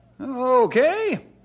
Okay